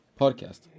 podcast